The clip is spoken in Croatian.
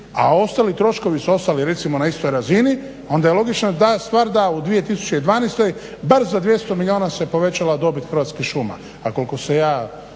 a ostali troškovi su ostali recimo na istoj razini onda je logična stvar da u 2012. bar za 200 milijuna se povećala dobit Hrvatskih šuma. A koliko se ja